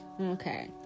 Okay